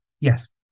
yes